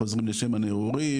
חוזרים לשם הניעורים,